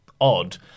odd